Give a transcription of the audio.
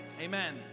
Amen